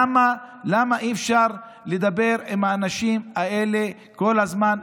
למה אי-אפשר לדבר עם האנשים האלה כל הזמן,